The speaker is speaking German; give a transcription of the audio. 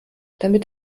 damit